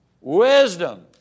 wisdom